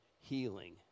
healing